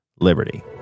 Liberty